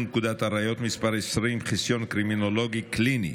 פקודת הראיות (מס' 20) (חיסיון קרימינולוג קליני),